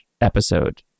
episode